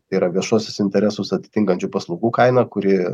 tai yra viešuosius interesus atitinkančių paslaugų kaina kuri